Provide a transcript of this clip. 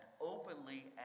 openly